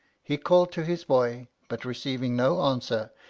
he called to his boy but receiving no answer,